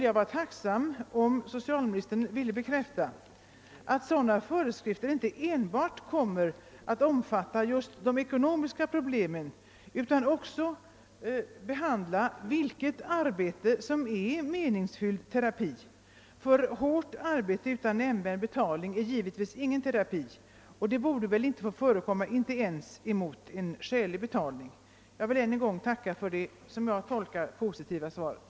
Jag vore tacksam om socialministern ville bekräfta att sådana föreskrifter inte kommer att omfatta enbart de ekonomiska problemen utan också klargöra vilket arbete som är meningsfylld terapi. Hårt arbete utan nämnvärd betalning är givetvis ingen terapi och borde inte få förekomma ens mot skälig betalning. Jag tackar än en gång för det positiva svaret.